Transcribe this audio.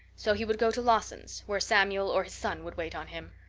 so he would go to lawson's, where samuel or his son would wait on him.